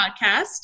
podcast